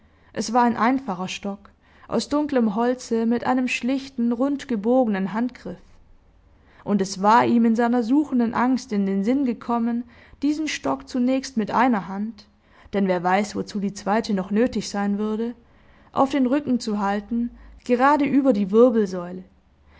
es war ein einfacher stock aus dunklem holze mit einem schlichten rund gebogenen handgriff und es war ihm in seiner suchenden angst in den sinn gekommen diesen stock zunächst mit einer hand denn wer weiß wozu die zweite noch nötig sein würde auf den rücken zu halten gerade über die wirbelsäule